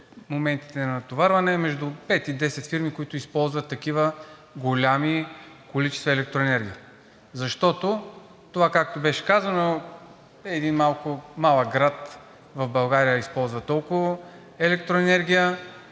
моментите на натоварване, между 5 и 10 фирми, които използват такива големи количества електроенергия. Защото това, както беше казано, е един малък град в България – използва толкова електроенергия.